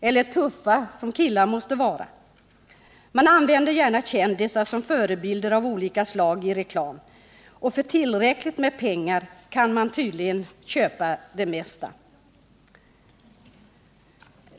Eller vem vill inte vara tuff, som killar måste vara? Man använder gärna kändisar som förebilder i olika slag av reklam, och för tillräckligt med pengar kan man tydligen köpa det mesta.